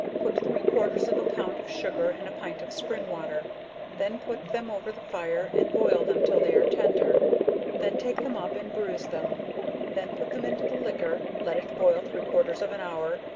put three quarters of a pound of sugar and a pint of springwater then put them over the fire, and boil them till they are tender then take them up and bruize them then put them into the liquor, let it boil three quarters of an hour,